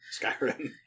Skyrim